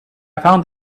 found